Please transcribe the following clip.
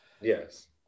Yes